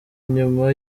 nyuma